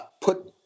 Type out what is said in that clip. put